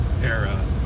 era